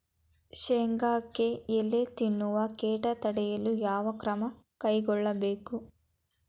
ಶೇಂಗಾಕ್ಕೆ ಎಲೆ ತಿನ್ನುವ ಕೇಟ ತಡೆಯಲು ಯಾವ ಕ್ರಮ ಕೈಗೊಳ್ಳಬೇಕು?